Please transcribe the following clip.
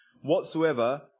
whatsoever